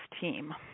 team